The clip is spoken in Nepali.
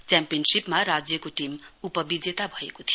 च्याम्पियनशीपमा राज्यको टीम उपविजेता भएको थियो